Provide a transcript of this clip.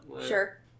Sure